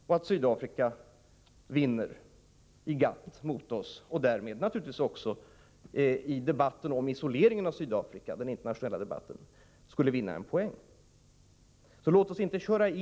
Då vinner Sydafrika mot Sverige i GATT och skulle därmed naturligtvis också vinna en poäng i den internationella debatten om isoleringen av Sydafrika.